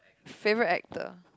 favourite actor